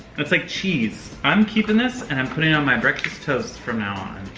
it's like cheese. i'm keeping this and i'm putting it on my breakfast toast from now on.